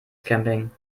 camping